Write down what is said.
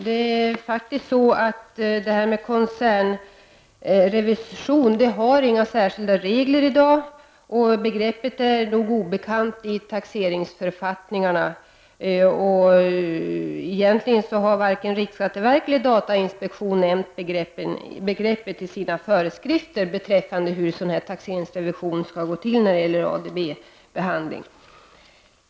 Det är faktiskt så att det i dag inte finns några särskilda regler för koncernrevision. Begreppet är obekant i taxeringsförfattningarna. Egentligen har varken riksskatteverk eller datainspektion nämnt begreppet i sina föreskrifter om hur taxeringsrevision skall gå till när det gäller ADB-behandling.